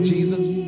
Jesus